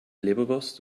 leberwurst